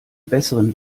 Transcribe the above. besseren